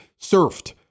surfed